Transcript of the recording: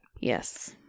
Yes